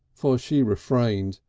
for she refrained,